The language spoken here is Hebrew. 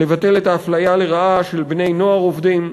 לבטל את האפליה לרעה של בני-נוער עובדים.